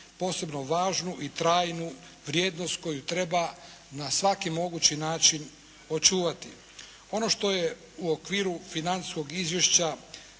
posebno važnu i trajnu vrijednost koju treba na svaki mogući način očuvati. Ono što je u okviru financijskog izvješća